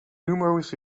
numerous